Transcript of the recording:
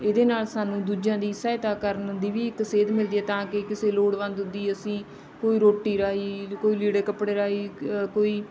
ਇਹਦੇ ਨਾਲ ਸਾਨੂੰ ਦੂਜਿਆਂ ਦੀ ਸਹਾਇਤਾ ਕਰਨ ਦੀ ਵੀ ਇੱਕ ਸੇਧ ਮਿਲਦੀ ਹੈ ਤਾਂ ਕਿ ਕਿਸੇ ਲੋੜਵੰਦ ਦੀ ਅਸੀਂ ਕੋਈ ਰੋਟੀ ਰਾਹੀਂ ਕੋਈ ਲੀੜੇ ਕੱਪੜੇ ਰਾਹੀਂ ਕੋਈ